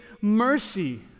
mercy